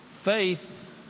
Faith